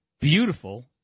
beautiful